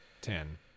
ten